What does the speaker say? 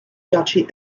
duchy